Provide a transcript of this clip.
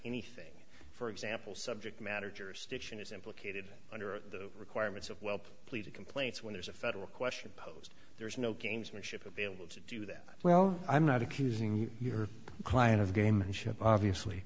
anything for example subject matter jurisdiction is implicated under the requirements of well pleaded complaints when there's a federal question posed there is no gamesmanship available to do that well i'm not accusing your client of game and ship obviously